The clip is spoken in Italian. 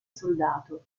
soldato